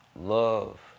love